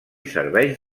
serveix